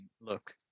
look